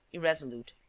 irresolute.